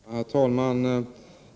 Herr talman!